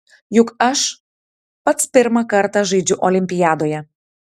juk aš pats pirmą kartą žaidžiu olimpiadoje